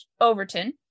Overton